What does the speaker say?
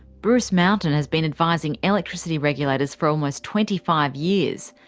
bruce mountain has been advising electricity regulators for almost twenty five years.